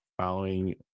following